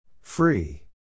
Free